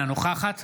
אינה נוכחת